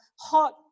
hot